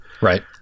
Right